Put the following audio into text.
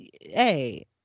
hey